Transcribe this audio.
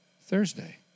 Thursday